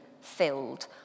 filled